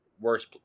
worse